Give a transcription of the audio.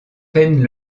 pennes